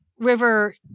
River